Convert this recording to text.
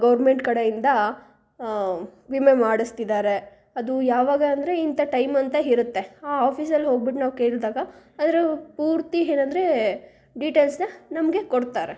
government ಕಡೆಯಿಂದ ವಿಮೆ ಮಾಡಿಸ್ತಿದ್ದಾರೆ ಅದು ಯಾವಾಗ ಅಂದರೆ ಇಂಥ ಟೈಮಂತ ಇರುತ್ತೆ ಆ ಆಫೀಸಲ್ಲಿ ಹೋಗ್ಬಿಟ್ಟು ನಾವು ಕೇಳಿದಾಗ ಅದರ ಪೂರ್ತಿ ಏನಂದ್ರೆ ಡಿಟೇಲ್ಸನ್ನು ನಮಗೆ ಕೊಡ್ತಾರೆ